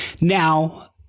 Now